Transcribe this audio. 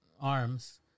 arms